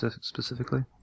specifically